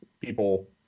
people